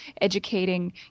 educating